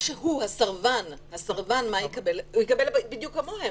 הסרבן יקבל בדיוק כמוהם.